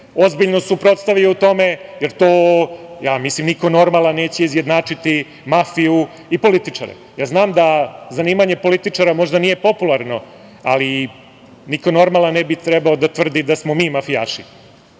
ozbiljno suprotstavio tome, jer to niko normalan neće izjednačiti, mafiju i političare. Znam da zanimanje političara možda nije popularno, ali niko normalan ne bi trebao da tvrdi da smo mi mafijaši. Kako